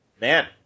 Man